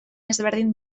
ezberdin